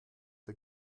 der